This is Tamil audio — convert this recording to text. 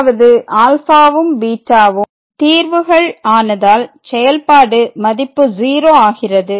அதாவது ∝ம் βம் தீர்வுகள் ஆனதால் செயல்பாடு மதிப்பு 0 ஆகிறது